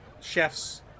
chef's